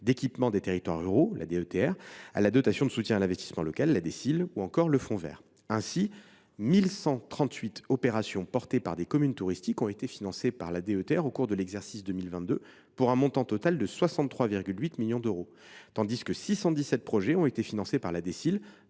d’équipement des territoires ruraux (DETR), la dotation de soutien à l’investissement local (DSIL) ou encore le fonds vert. Ainsi, quelque 1 138 opérations portées par des communes touristiques ont été financées par la DETR au cours de l’exercice 2022, pour un montant total de 63,8 millions d’euros, tandis que 617 projets ont été financés par la DSIL,